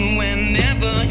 whenever